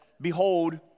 Behold